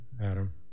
Adam